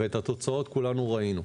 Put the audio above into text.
ואת התוצאות כולנו ראינו.